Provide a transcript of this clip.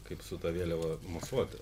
kaip su ta vėliava mosuoti